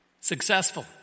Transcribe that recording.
successful